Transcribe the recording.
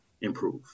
improve